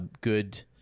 Good